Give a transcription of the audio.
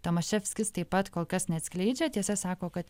tomaševskis taip pat kol kas neatskleidžia tiesa sako kad